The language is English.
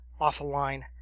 off-the-line